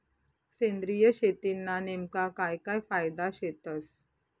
सेंद्रिय शेतीना नेमका काय काय फायदा शेतस?